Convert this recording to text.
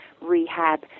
rehab